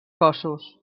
cossos